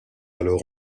alors